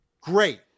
great